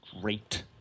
Great